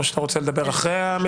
כאשר אני מחוקק חוק,